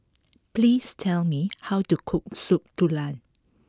please tell me how to cook Soup Tulang